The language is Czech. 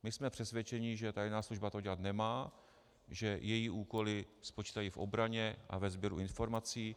My jsme přesvědčeni, že tajná služba to dělat nemá, že její úkoly spočívají v obraně a ve sběru informací.